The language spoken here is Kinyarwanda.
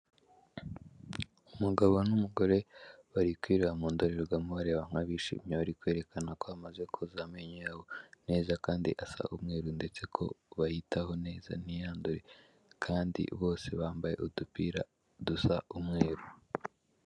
Umugabo n'umugore barikwireba mu ndorerwamo bareba nk'abishimye barikwerekana ko bamaze koza amenyo yabo neza, kandi asa umweru ndetse ko bayitaho neza ntiyandure. Kandi bose bambaye udupira dusa umweru.